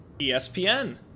ESPN